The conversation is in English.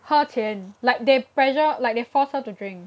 喝前 like they pressure like they force her to drink